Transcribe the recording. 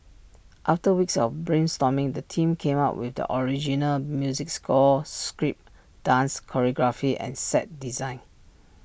after weeks of brainstorming the team came up with the original music score script dance choreography and set design